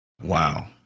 wow